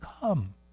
come